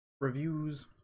reviews